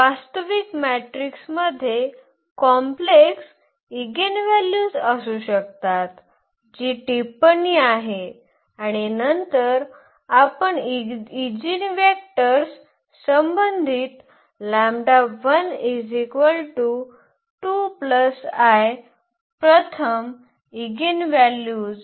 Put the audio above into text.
तर वास्तविक मॅट्रिक्समध्ये कॉम्प्लेक्स ईगेनव्हॅल्यूज असू शकतात जी टिप्पणी आहे आणि नंतर आता ईजीव्हॅक्टर्सशी संबंधित प्रथम ईगेनव्हॅल्यूज